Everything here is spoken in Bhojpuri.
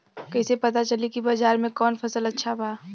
कैसे पता चली की बाजार में कवन फसल अच्छा बा?